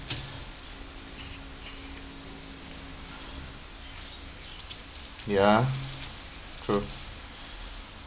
ya true